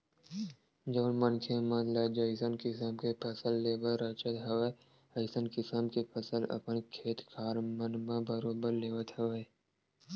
जउन मनखे मन ल जइसन किसम के फसल लेबर रुचत हवय अइसन किसम के फसल अपन खेत खार मन म बरोबर लेवत हवय